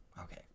Okay